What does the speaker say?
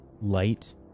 light